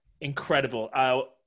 incredible